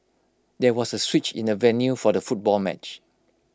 there was A switch in the venue for the football match